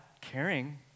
caring